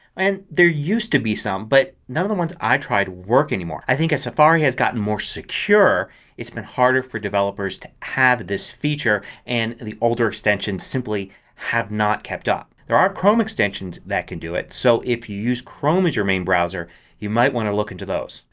and there used to be some but none of the ones i tried work anymore. i think as safari has gotten more secure it's been harder for developers to have this feature and the older extensions simply have not kept up. there are chrome extensions that can do it. so if you use chrome as your main browser you might want to look into those.